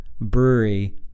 brewery